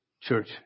church